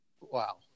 Wow